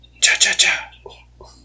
cha-cha-cha